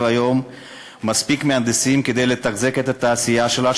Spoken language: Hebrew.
היום מספיק מהנדסים כדי לתחזק את התעשייה שלה.